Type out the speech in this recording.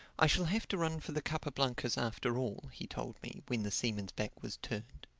i shall have to run for the capa blancas after all, he told me when the seaman's back was turned.